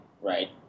right